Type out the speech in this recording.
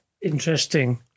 interesting